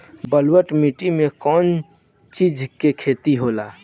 ब्लुअट माटी में कौन कौनचीज के खेती होला?